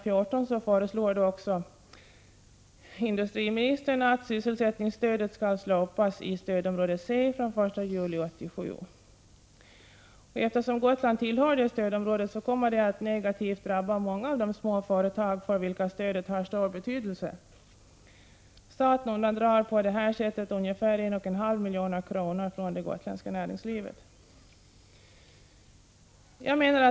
14, föreslår industriministern att sysselsättningsstödet skall slopas i stödområde C från den 1 juli 1987. Eftersom Gotland tillhör detta stödområde kommer den åtgärden att negativt drabba de många små företag för vilka stödet har stor betydelse. Staten undandrar på detta sätt det gotländska näringslivet ungefär 1,5 milj.kr.